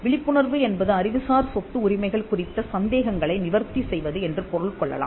விழிப்புணர்வு என்பது அறிவுசார் சொத்து உரிமைகள் குறித்த சந்தேகங்களை நிவர்த்தி செய்வது என்று பொருள் கொள்ளலாம்